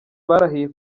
barahiye